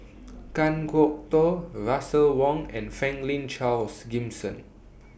Kan Kwok Toh Russel Wong and Franklin Charles Gimson